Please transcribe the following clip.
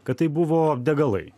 kad tai buvo degalai